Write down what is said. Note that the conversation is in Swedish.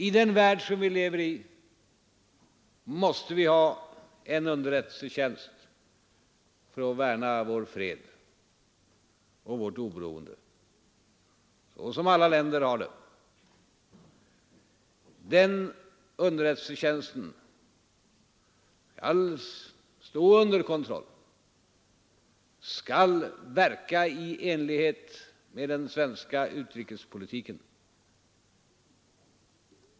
I den värld vi lever i måste vi som alla andra länder ha en underrättelsetjänst för att värna vår fred och vårt oberoende. Denna underrättelsetjänst skall stå under kontroll och verka i enlighet med den svenska utrikespolitiken.